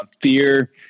fear